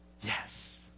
Yes